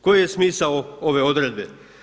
Koji je smisao ove odredbe?